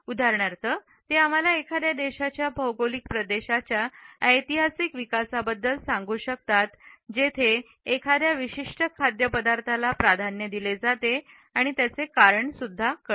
उदाहरणार्थते आम्हाला एखाद्या देशाच्या भौगोलिक प्रदेशाच्या ऐतिहासिक विकासाबद्दल सांगू शकतात जेथे एखाद्या विशिष्ट खाद्यपदार्थाला प्राधान्य दिले जाते आणि त्याचे कारण सुद्धा कळते